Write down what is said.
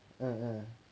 um um